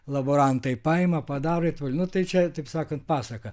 laborantai paima padaro nu tai čia taip sakant pasaka